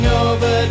over